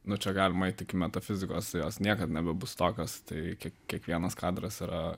nu čia galima eit iki metafizikos tai jos niekad nebebus tokios tai kiek kiekvienas kadras yra